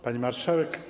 Pani Marszałek!